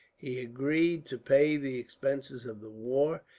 he agreed to pay the expenses of the war,